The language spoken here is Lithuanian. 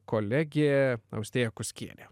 kolegė austėja kuskienė